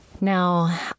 now